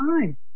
time